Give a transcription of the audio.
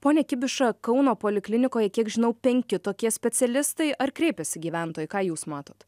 pone kibiša kauno poliklinikoje kiek žinau penki tokie specialistai ar kreipiasi gyventojai ką jūs matot